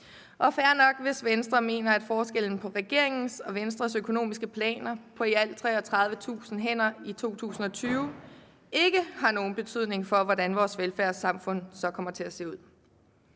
også fair nok, hvis Venstre mener, at forskellen på regeringens og Venstres økonomiske planer på i alt 33.000 par hænder i 2020, ikke har nogen betydning for, hvordan vores velfærdssamfund så kommer til at se ud.